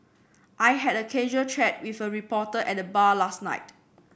I had a casual chat with a reporter at the bar last night